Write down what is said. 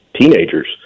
teenagers